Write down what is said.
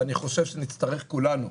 ואני חושב שנצטרך כולנו,